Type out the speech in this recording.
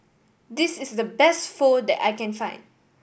this is the best Pho that I can find